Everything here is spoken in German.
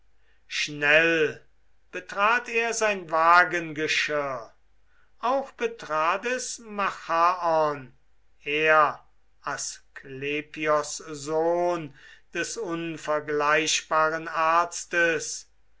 schnell betrat er sein wagengeschirr auch betrat es machaon er asklepios sohn des unvergleichbaren arztes